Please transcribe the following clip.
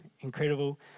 incredible